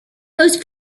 post